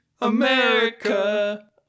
America